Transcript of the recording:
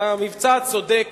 על המבצע הצודק